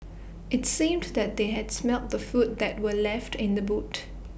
IT seemed that they had smelt the food that were left in the boot